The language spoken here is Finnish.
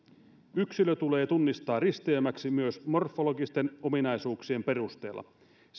yksilö tulee tunnistaa risteymäksi myös morfologisten ominaisuuksien perusteella